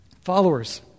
followers